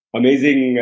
amazing